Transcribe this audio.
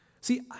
See